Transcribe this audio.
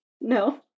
No